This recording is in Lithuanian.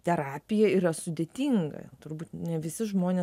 terapija yra sudėtinga turbūt ne visi žmonės